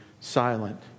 silent